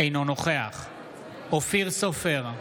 אינו נוכח אופיר סופר,